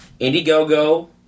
Indiegogo